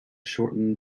shorten